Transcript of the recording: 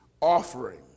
offering